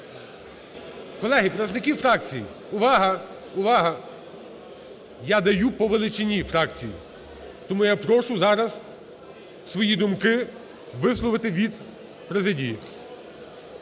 Колеги, представники фракцій, увага! Увага! Я даю по величині фракцій, тому я прошу зараз свої думки висловити від президії.